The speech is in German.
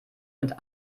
mit